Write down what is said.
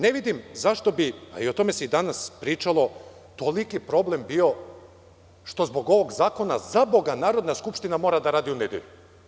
Ne vidim zašto bi, a i o tome se danas pričalo toliki problem bio što zbog ovog zakona Narodna skupština mora da radi u nedelju.